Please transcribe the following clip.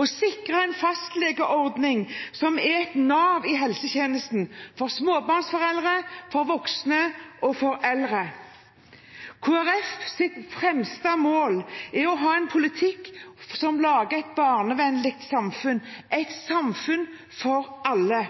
å sikre en fastlegeordning som er et nav i helsetjenesten – for småbarnsforeldre, for voksne og for eldre. Kristelig Folkepartis fremste mål er å ha en politikk som lager et barnevennlig samfunn – et samfunn for alle.